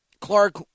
Clark